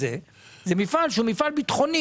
גם המפעל הוא מפעל ביטחוני